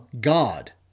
God